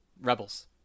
Rebels